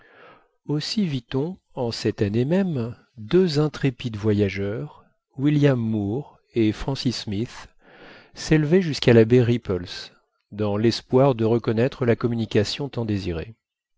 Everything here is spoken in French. aussi viton en cette année même deux intrépides voyageurs william moor et francis smith s'élever jusqu'à la baie repulse dans l'espoir de reconnaître la communication tant désirée